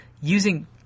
using